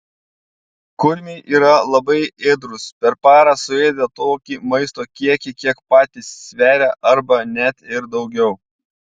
kurmiai yra labai ėdrūs per parą suėda tokį maisto kiekį kiek patys sveria arba net ir daugiau